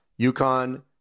UConn